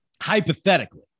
hypothetically